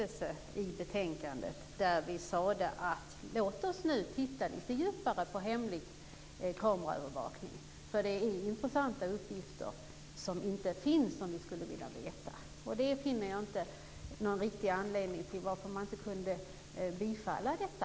Fru talman! Till sist gäller det ändå reservationen i just detta betänkande. Jag tycker att det är underligt att vi inte kunde få en gemensam skrivning i betänkandet där vi sade: Låt oss nu titta lite djupare på hemlig kameraövervakning, eftersom det finns intressanta uppgifter som vi inte har men som vi skulle vilja ha reda på. Jag ser ingen riktig anledning till att man inte kunde bifalla detta.